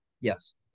Yes